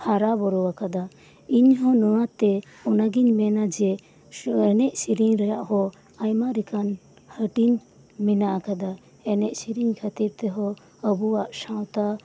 ᱦᱟᱨᱟ ᱵᱩᱨᱩ ᱟᱠᱟᱫᱟ ᱤᱧ ᱱᱚᱣᱟ ᱛᱮ ᱚᱱᱟᱜᱮᱤᱧ ᱢᱮᱱᱟ ᱡᱮ ᱮᱱᱮᱡᱽ ᱥᱮᱨᱮᱧ ᱨᱮᱭᱟᱜ ᱦᱚᱸ ᱟᱭᱢᱟ ᱞᱮᱠᱟᱱ ᱦᱟᱹᱴᱤᱧ ᱢᱮᱱᱟᱜ ᱟᱠᱟᱫᱟ ᱮᱱᱮᱡ ᱥᱮᱨᱮᱧ ᱠᱷᱟᱹᱛᱤᱨ ᱛᱮᱦᱚᱸ ᱟᱵᱩᱭᱟᱜ ᱥᱟᱶᱛᱟ